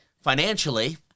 financially